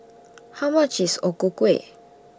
How much IS O Ku Kueh